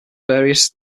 various